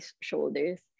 shoulders